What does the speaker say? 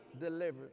delivered